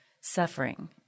suffering